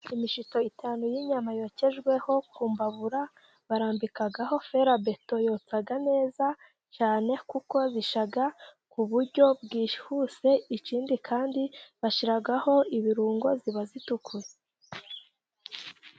Imishito itanu y'inyama yokejweho ku mbabura, barambikaho ferabeto yotsa neza cyane kuko bishya ku buryo bwihuse, ikindi kandi bashyiraho ibirungo, ziba zitukura.